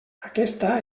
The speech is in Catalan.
aquesta